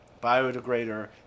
biodegrader